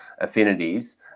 affinities